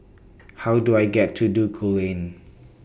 How Do I get to Duku Lane